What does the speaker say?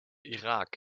irak